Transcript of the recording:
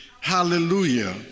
Hallelujah